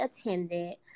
attended